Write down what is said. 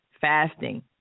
fasting